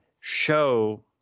show